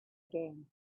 again